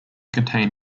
contain